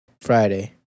Friday